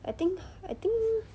I think I think